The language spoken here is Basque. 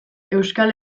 euskal